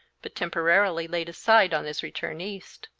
but temporarily laid aside on his return east.